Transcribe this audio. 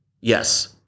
Yes